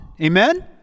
Amen